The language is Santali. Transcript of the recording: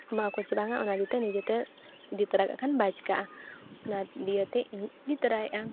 ᱮᱢᱚ ᱟᱠᱚ ᱥᱮ ᱵᱟᱝᱟ ᱚᱱᱟ ᱤᱭᱟᱹᱛᱮ ᱱᱤᱡᱮᱛᱮ ᱤᱫᱤ ᱛᱟᱨᱟ ᱠᱟᱜ ᱠᱷᱟᱱ ᱵᱟᱭ ᱪᱤᱠᱟᱹᱜᱼᱟ ᱚᱱᱟ ᱫᱤᱭᱟᱛᱮ ᱤᱧ ᱤᱫᱤ ᱛᱟᱨᱟᱭᱮᱫᱼᱟ